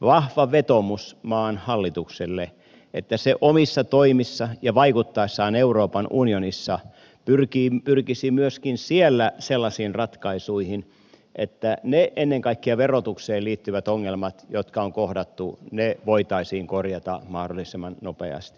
vahva vetoomus maan hallitukselle että se omissa toimissaan ja vaikuttaessaan euroopan unionissa pyrkisi myöskin siellä sellaisiin ratkaisuihin että ne ennen kaikkea verotukseen liittyvät ongelmat jotka on kohdattu voitaisiin korjata mahdollisimman nopeasti